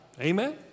Amen